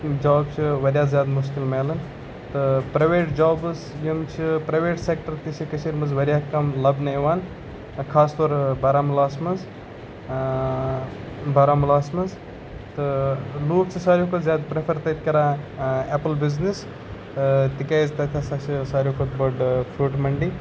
job چھِ واریاہ زیادٕ مُشکل مِلٕنۍ تہٕ پرٛیویٹ جابٕز یِم چھِ پرٛیویٹ سٮ۪کٹَر تہِ چھِ کٔشیٖرِ منٛز واریاہ کَم لَبنہٕ یِوان خاص طور بارہمولاہس منٛز بارہمولاہس منٛز تہٕ لُکھ چھِ ساروٕے کھۄتہٕ زیادٕ پرٛفَر تَتہِ کَران اٮ۪پٕل بِزنٮ۪س تِکیازِ تَتہِ ہَسا چھِ ساروٕے کھۄتہٕ بٔڈ فرٛوٗٹ مٔنڈی